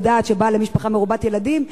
שבאה ממשפחה מרובת ילדים,